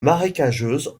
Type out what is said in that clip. marécageuses